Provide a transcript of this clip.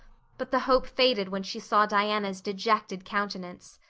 but the hope faded when she saw diana's dejected countenance.